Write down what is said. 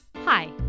Hi